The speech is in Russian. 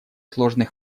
сложный